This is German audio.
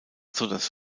sodass